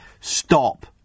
stop